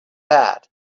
bad